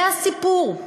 זה הסיפור.